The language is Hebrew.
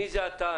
מי אתה?